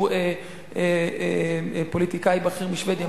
שהוא פוליטיקאי בכיר משבדיה,